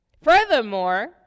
furthermore